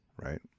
right